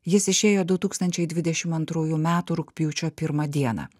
jis išėjo du tūkstančiai dvidešim antrųjų metų rugpjūčio pirmą dieną